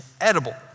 edible